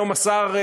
היום השר,